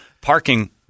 parking